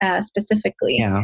specifically